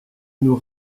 nous